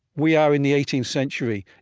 we are in the eighteenth century.